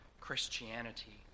Christianity